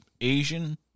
Asian